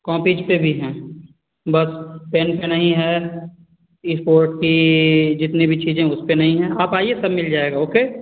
copies पर भी है बस पेन पर नहीं है इस्पोर्ट की जितनी भी चीजे हैं उस पर नहीं है आप आइए सब मिल जाएगा ओके